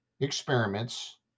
experiments